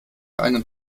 einen